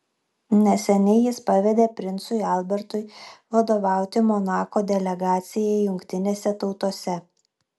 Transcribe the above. neseniai jis pavedė princui albertui vadovauti monako delegacijai jungtinėse tautose